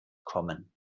kommen